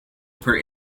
per